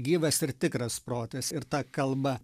gyvas ir tikras protas ir ta kalba